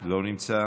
לא נמצא,